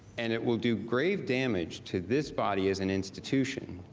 and it will do grave damage to this body as an institution.